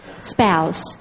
spouse